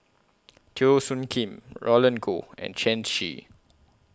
Teo Soon Kim Roland Goh and Shen Xi